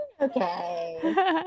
okay